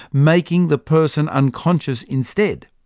making the person unconscious instead.